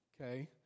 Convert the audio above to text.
okay